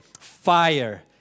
fire